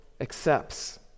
accepts